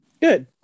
good